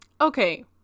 Okay